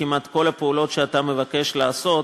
כמעט כל הפעולות שאתה מבקש לעשות,